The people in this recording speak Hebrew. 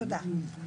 תודה.